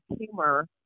humor